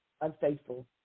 unfaithful